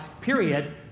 period